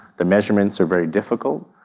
the measurements are very difficult.